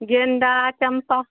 गेंदा चम्पा